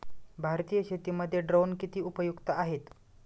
भारतीय शेतीमध्ये ड्रोन किती उपयुक्त आहेत?